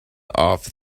off